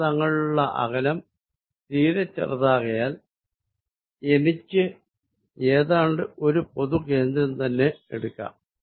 അവ തങ്ങളിലുള്ള അകലം തീരെ ചെറുതാകയാൽ എനിക്ക് ഏതാണ്ട് ഒരു പൊതു കേന്ദ്രം തന്നെ എടുക്കാം